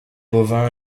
bovin